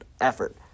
effort